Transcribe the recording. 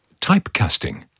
Typecasting